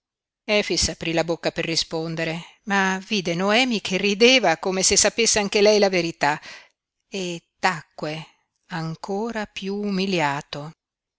aprí la bocca per rispondere ma vide noemi che rideva come se sapesse anche lei la verità e tacque ancora piú umiliato